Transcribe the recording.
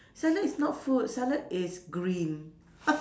salad is not food salad is green